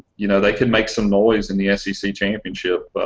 you know they can make some noise in the s e c championship